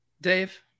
dave